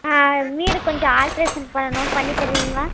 வீடு கொஞ்சம் ஆல்ட்ரேஷன் பண்ணணும் பண்ணி தருவிங்களா